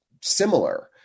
similar